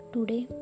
Today